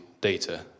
data